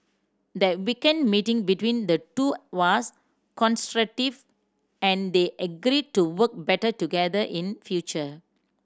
the weekend meeting between the two was constructive and they agreed to work better together in future